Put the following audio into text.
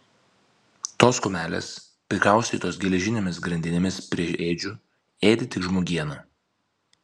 tos kumelės prikaustytos geležinėmis grandinėmis prie ėdžių ėdė tik žmogieną